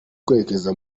kwerekeza